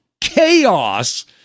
chaos